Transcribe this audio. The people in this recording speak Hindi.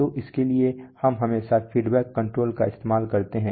तो उसके लिए हम हमेशा फीडबैक कंट्रोल का इस्तेमाल करते हैं